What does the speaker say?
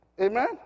Amen